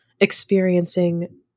experiencing